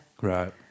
right